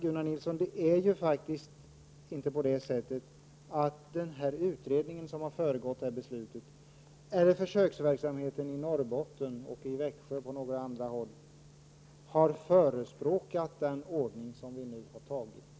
Gunnar Nilsson, varken utredningen som föregått detta beslut eller försöksverksamheten i bl.a. Norbotten och Växjö har förespråkat den ordning som nu är beslutad.